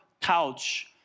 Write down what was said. couch